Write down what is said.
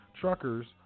truckers